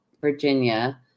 Virginia